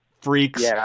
freaks